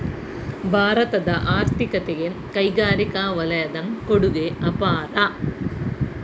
ಭಾರತದ ಆರ್ಥಿಕತೆಗೆ ಕೈಗಾರಿಕಾ ವಲಯದ ಕೊಡುಗೆ ಅಪಾರ